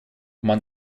man